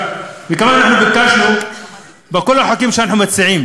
בכל החוקים שאנחנו מציעים